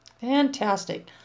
Fantastic